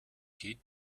kit